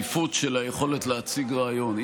גם ערך לרציפות של היכולת להציג רעיון.